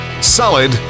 solid